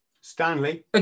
Stanley